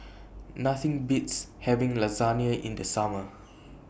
Nothing Beats having Lasagne in The Summer